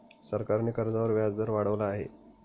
सरकारने कर्जावर व्याजदर वाढवला आहे